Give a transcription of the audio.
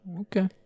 Okay